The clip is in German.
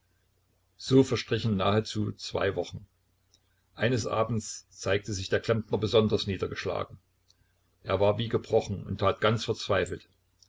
so verstrichen nahezu zwei wochen eines abends zeigte sich der klempner besonders niedergeschlagen er war wie gebrochen und tat ganz verzweifelt